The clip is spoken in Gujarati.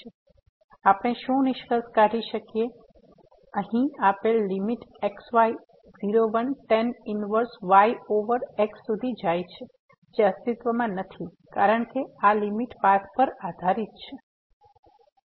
તેથી આપણે શું નિષ્કર્ષ કાઢી શકીએ કે અહીં આપેલ લીમીટx y 0 1tan inverse y over x સુધી જાય છે જે અસ્તિત્વમાં નથી કારણ કે આ લીમીટ પાથ પર આધારીત છે